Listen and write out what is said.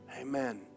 Amen